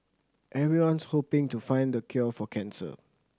everyone's hoping to find the cure for cancer